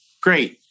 great